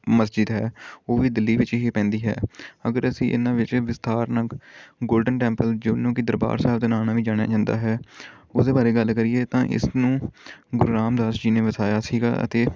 ਮਸਜਿਦ ਹੈ ਉਹ ਵੀ ਦਿੱਲੀ ਵਿੱਚ ਹੀ ਪੈਂਦੀ ਹੈ ਅਗਰ ਅਸੀਂ ਇਹਨਾਂ ਵਿੱਚ ਵਿਸਥਾਰ ਗੋਲਡਨ ਟੈਂਪਲ ਜਿਸਨੂੰ ਕਿ ਦਰਬਾਰ ਸਾਹਿਬ ਦੇ ਨਾਮ ਨਾਲ ਵੀ ਜਾਣਿਆ ਜਾਂਦਾ ਹੈ ਉਹਦੇ ਬਾਰੇ ਗੱਲ ਕਰੀਏ ਤਾਂ ਇਸ ਨੂੰ ਗੁਰੂ ਰਾਮਦਾਸ ਜੀ ਨੇ ਵਸਾਇਆ ਸੀਗਾ ਅਤੇ